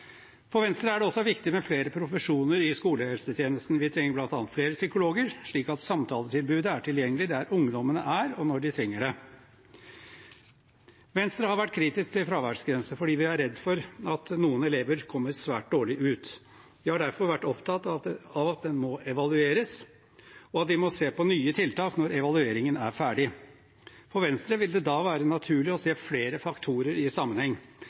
For Venstre er det også viktig med flere profesjoner i skolehelsetjenesten. Vi trenger bl.a. flere psykologer, slik at samtaletilbudet er tilgjengelig der ungdommene er, og når de trenger det. Venstre har vært kritisk til fraværsgrense fordi vi er redd for at noen elever kommer svært dårlig ut. Vi har derfor vært opptatt av at den må evalueres, og at vi må se på nye tiltak når evalueringen er ferdig. For Venstre vil det da være naturlig å se flere faktorer i sammenheng.